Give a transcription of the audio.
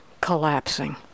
collapsing